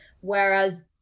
whereas